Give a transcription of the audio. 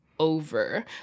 over